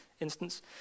instance